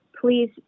please